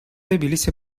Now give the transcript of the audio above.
добились